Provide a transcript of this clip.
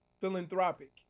philanthropic